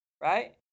right